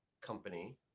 company